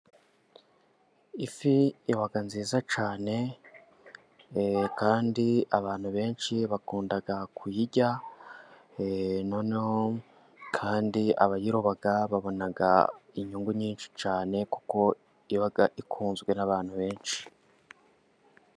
Ifi iba nziza cyane kandi abantu benshi bakunda kuyirya. Noneho kandi abayiroba babona inyungu nyinshi cyane kuko iba ikunzwe n'abantu benshi.